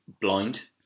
blind